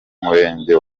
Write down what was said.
murenge